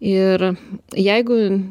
ir jeigu